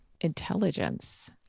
intelligence